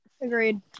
Agreed